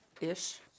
ish